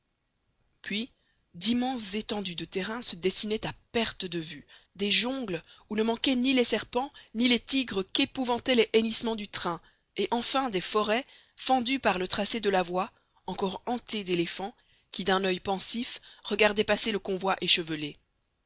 puis d'immenses étendues de terrain se dessinaient à perte de vue des jungles où ne manquaient ni les serpents ni les tigres qu'épouvantaient les hennissements du train et enfin des forêts fendues par le tracé de la voie encore hantées d'éléphants qui d'un oeil pensif regardaient passer le convoi échevelé